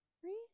Three